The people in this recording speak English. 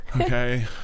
Okay